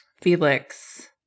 Felix